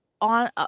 on